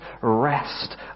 rest